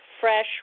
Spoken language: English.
fresh